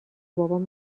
بابام